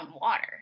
water